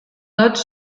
notes